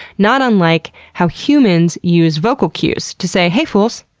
not unlike how humans use vocal cues to say, hey fools,